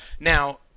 Now